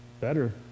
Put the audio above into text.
better